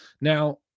Now